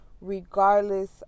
regardless